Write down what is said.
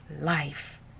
life